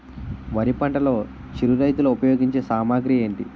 వరి పంటలో చిరు రైతులు ఉపయోగించే సామాగ్రి ఏంటి?